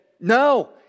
no